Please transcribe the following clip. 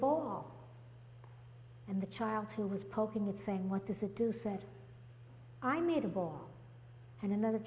ball and the child who was poking it saying what does it do said i made a ball and another